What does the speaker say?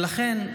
ולכן,